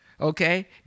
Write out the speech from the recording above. okay